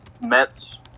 Mets